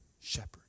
shepherd